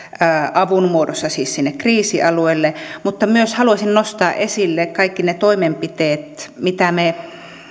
avun muodossa siis sinne kriisialueille mutta myös haluaisin nostaa esille kaikki ne toimenpiteet mitä me